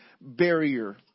barrier